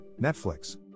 Netflix